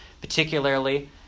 Particularly